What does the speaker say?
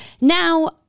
Now